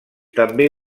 també